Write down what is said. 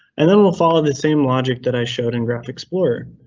and then we'll follow the same logic that i showed in graph explorer,